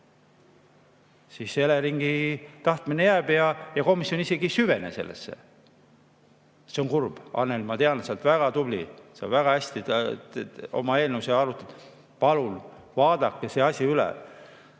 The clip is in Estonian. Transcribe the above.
siis Eleringi tahtmine jääb ja komisjon isegi ei süvene sellesse. See on kurb. Annely, ma tean, et sa oled väga tubli, sa väga hästi oma eelnõusid arutad. Palun vaadake see asi üle